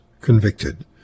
convicted